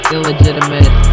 Illegitimate